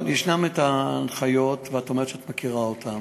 אבל יש הנחיות, ואת אומרת שאת מכירה אותן.